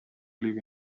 live